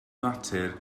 natur